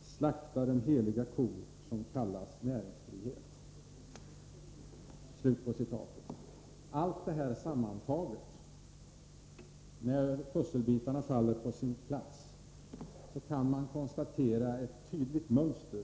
slakta den heliga ko som kallas näringsfrihet.” När pusselbitarna faller på plats kan vi konstatera ett tydligt mönster.